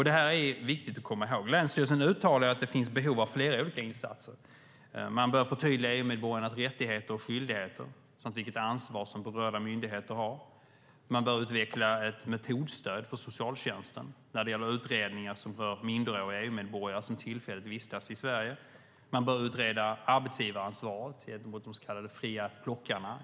Det här är viktigt att komma ihåg. Länsstyrelsen uttalar att det finns behov av flera olika insatser. Man bör förtydliga EU-medborgarnas rättigheter och skyldigheter samt vilket ansvar berörda myndigheter har. Man bör utveckla ett metodstöd för socialtjänsten när det gäller utredningar rörande minderåriga EU-medborgare som tillfälligt vistas i Sverige. Man bör utreda arbetsgivaransvaret i bärplockarfrågan gentemot de så kallade fria plockarna.